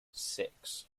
six